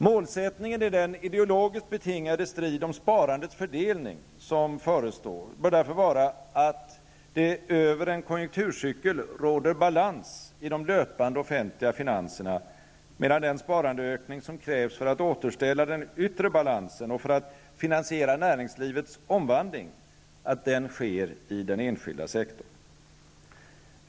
Målsättningen i den ideologiskt betingade strid om sparandets fördelning som förestår bör därför vara att det över en konjunkturcykel råder balans i de löpande offentliga finanserna, medan den sparandeökning som krävs för att återställa den yttre balansen och för att finansiera näringslivets omvandling sker i den enskilda sektorn.